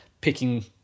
picking